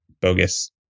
bogus